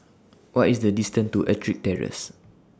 What IS The distance to Ettrick Terrace